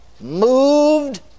moved